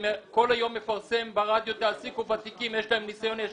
שכל היום מפרסם ברדיו שיעסיקו ותיקים כי יש להם ניסיון.